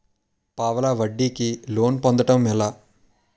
పావలా వడ్డీ కి లోన్ పొందటం ఎలా?